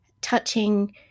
touching